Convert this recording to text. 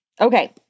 okay